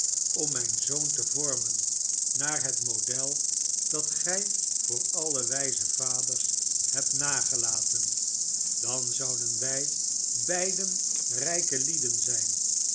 om mijn zoon te vormen naar het model dat gij voor alle wijze vaders hebt nagelaten dan zouden wij beiden rijke lieden zijn